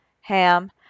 Ham